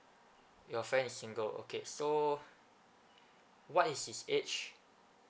your friend is single okay so what is his age